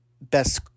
best